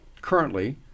currently